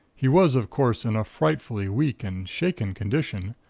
he was, of course, in a frightfully weak and shaken condition,